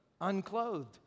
unclothed